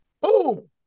Boom